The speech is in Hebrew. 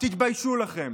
תתביישו לכם.